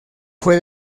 fue